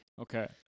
Okay